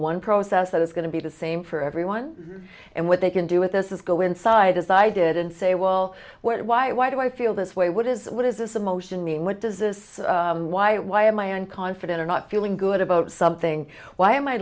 one process that is going to be the same for everyone and what they can do with this is go inside as i did and say well what why why do i feel this way what is it what is this emotion mean what does this why why am i am confident or not feeling good about something why am i